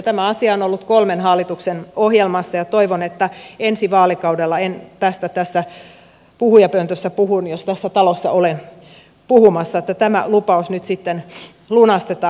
tämä asia on ollut kolmen hallituksen ohjelmassa ja toivon että ensi vaalikaudella en tästä tässä puhujapöntössä puhu jos tässä talossa olen puhumassa ja että tämä lupaus nyt sitten lunastetaan